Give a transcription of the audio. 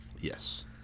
Yes